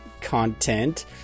content